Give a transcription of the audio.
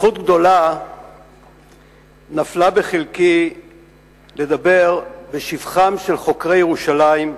זכות גדולה נפלה בחלקי לדבר בשבחם של חוקרי ירושלים,